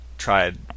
Tried